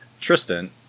Tristan